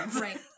right